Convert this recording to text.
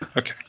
Okay